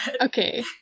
Okay